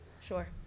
Sure